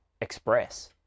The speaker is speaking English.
express